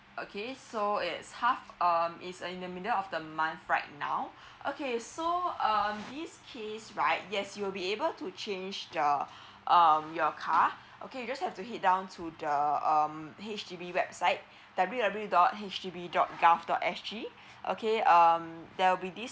okay so it half um is in the middle of the month right now okay so um this case right yes you'll be able to change the um your car okay you just have to head down to the um H_D_B website W W dot H D B dot gov dot S G okay um there will be this